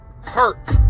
hurt